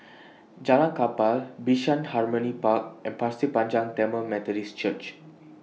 Jalan Kapal Bishan Harmony Park and Pasir Panjang Tamil Methodist Church